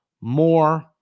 more